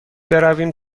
برویم